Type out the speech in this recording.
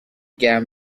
گرم